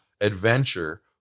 adventure